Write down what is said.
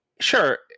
Sure